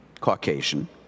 Caucasian